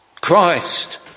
Christ